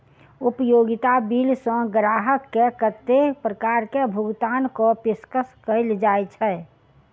उपयोगिता बिल सऽ ग्राहक केँ कत्ते प्रकार केँ भुगतान कऽ पेशकश कैल जाय छै?